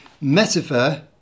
metaphor